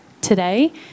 today